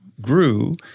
grew